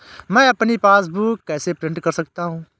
मैं अपनी पासबुक कैसे प्रिंट कर सकता हूँ?